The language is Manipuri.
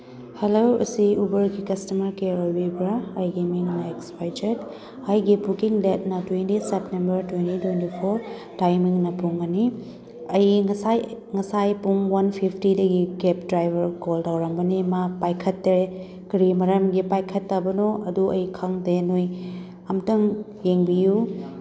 ꯍꯜꯂꯣ ꯑꯁꯤ ꯎꯕꯔꯒꯤ ꯀꯁꯇꯃꯔ ꯀꯤꯌꯔ ꯑꯣꯏꯕꯤꯕ꯭ꯔꯥ ꯑꯩꯒꯤ ꯃꯤꯡ ꯃꯦꯛꯁꯕꯩꯖꯦꯠ ꯑꯩꯒꯤ ꯕꯨꯀꯤꯡ ꯗꯦꯠꯅ twenty September twenty twenty four ꯇꯥꯏꯃꯤꯡꯅ ꯄꯨꯡ ꯑꯅꯤ ꯑꯩ ꯉꯁꯥꯏ ꯉꯁꯥꯏ ꯄꯨꯡ ꯋꯥꯟ ꯐꯤꯞꯇꯤꯗꯒꯤ ꯀꯦꯞ ꯗ꯭ꯔꯥꯏꯚꯔ ꯀꯣꯜ ꯇꯧꯔꯝꯕꯅꯦ ꯃꯥ ꯄꯥꯏꯈꯠꯇ꯭ꯔꯦ ꯀꯔꯤ ꯃꯔꯝꯒꯤ ꯄꯥꯏꯈꯠꯇꯕꯅꯣ ꯑꯗꯨ ꯑꯩ ꯈꯪꯗꯦ ꯅꯣꯏ ꯑꯝꯇꯪ ꯌꯦꯡꯕꯤꯌꯨ